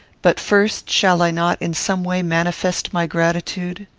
but first, shall i not, in some way, manifest my gratitude?